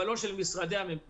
אבל לא של משרדי הממשלה.